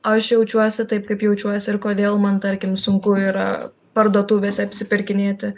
aš jaučiuosi taip kaip jaučiuosi ir kodėl man tarkim sunku yra parduotuvėse apsipirkinėti